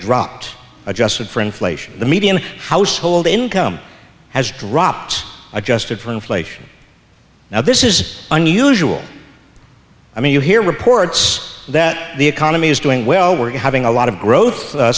dropped adjusted for inflation the median household income has dropped adjusted for inflation now this is unusual i mean you hear reports that the economy is doing well we're having a lot of growth